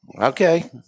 Okay